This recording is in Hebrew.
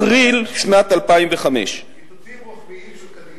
אפריל שנת 2005, קיצוצים רוחביים של קדימה.